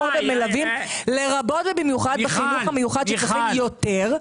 במלווים, לרבות ובמיוחד בחינוך המיוחד שצריך יותר.